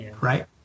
Right